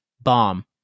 Bomb